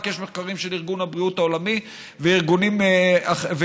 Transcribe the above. יש מחקרים של ארגון הבריאות העולמי וארגונים אחרים.